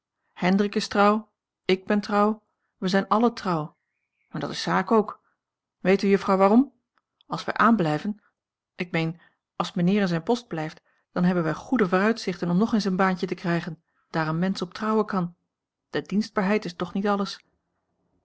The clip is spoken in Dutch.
hendrik is trouw ik ben trouw we zijn allen trouw en dat is zaak ook weet u juffrouw waarom als wij aanblijven ik meen als mijnheer in zijn post blijft dan hebben wij goede vooruitzichten om nog eens een baantje te krijgen daar een mensch op trouwen kan de dienstbaarheid is toch niet alles